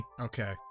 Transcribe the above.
Okay